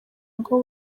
ngo